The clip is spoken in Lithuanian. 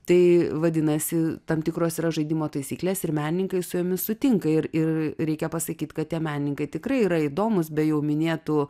tai vadinasi tam tikros yra žaidimo taisyklės ir menininkai su jomis sutinka ir ir reikia pasakyt kad tie menininkai tikrai yra įdomūs be jau minėtų